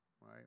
right